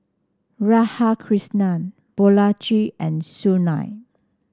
Radhakrishnan Balaji and Sunil